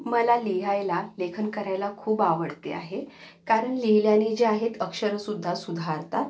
मला लिहायला लेखन करायला खूप आवडते आहे कारण लिहिल्याने जे आहेत अक्षरंसुद्धा सुधारतात